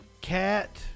Cat